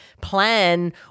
plan